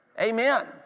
Amen